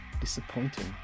disappointing